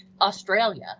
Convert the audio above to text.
Australia